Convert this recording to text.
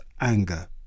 anger